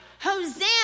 Hosanna